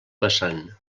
vessant